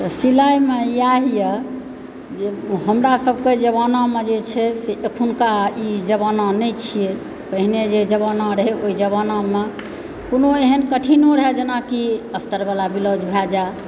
त सिलाईमे इएह यऽ जे हमरा सभकेँ जमानामे जे छै से अखुनका ई जमाना नहि छियै पहिने जे जमाना रहै ओहि जमानामे कोनो एहन कठिनो रहय जेनाकि स्तर वाला ब्लाउज भए जाए